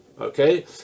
okay